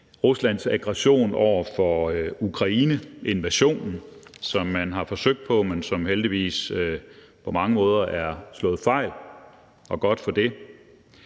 Ruslands aggression over for Ukraine, invasionen, som man har prøvet på, men som heldigvis på mange måder er slået fejl – og godt for det.